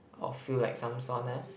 I'll feel like some soreness